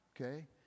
okay